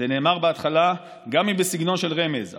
זה נאמר בהתחלה גם אם בסגנון של רמז,